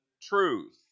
truth